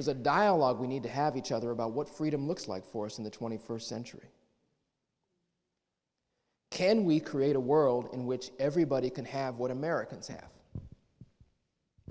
as a dialogue we need to have each other about what freedom looks like force in the twenty first century can we create a world in which everybody can have what american south